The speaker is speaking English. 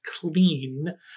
clean